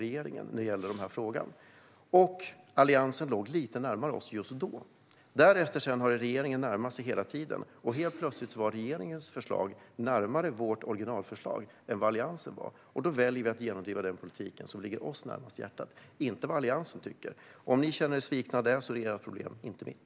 Regeringen låg någonstans långt ute på kanten, och Alliansen låg lite närmare oss just då. Därefter har regeringen närmat sig oss, och helt plötsligt var regeringens förslag närmare vårt originalförslag än vad Alliansens var. Då väljer vi att genomdriva den politik som ligger oss närmast om hjärtat och inte det Alliansen tycker. Om ni känner er svikna av det är det ert problem, inte mitt.